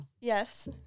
Yes